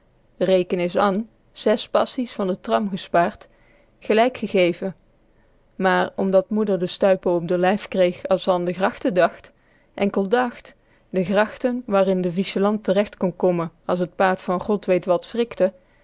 reken is an zes passies van de tram gespaard gelijk gegeven maar omdat moeder de stuipen op d'r lijf kreeg as ze an de grachten dacht enkel dacht de grachten waarin de viesjelant terecht kon kommen as t paard van god weet wat schrikte